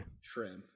shrimp